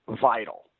vital